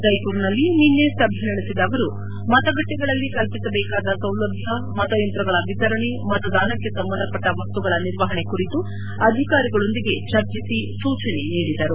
ಜೈಮರ್ನಲ್ಲಿ ನಿನ್ನೆ ಸಭೆ ನಡೆಸಿದ ಅವರು ಮತಗಟ್ಟೆಗಳಲ್ಲಿ ಕಲ್ಲಿಸಬೇಕಾದ ಸೌಲಭ್ಯ ಮತಯಂತ್ರಗಳ ವಿತರಣೆ ಮತದಾನಕ್ಕೆ ಸಂಬಂಧಪಟ್ಟ ವಸ್ತುಗಳ ನಿರ್ವಪಣೆ ಕುರಿತು ಅಧಿಕಾರಿಗಳೊಂದಿಗೆ ಚರ್ಚಿಸಿ ಸೂಚನೆ ನೀಡಿದರು